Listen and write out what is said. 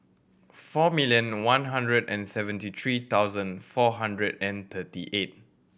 four million one hundred and seventy three thousand four hundred and thirty eight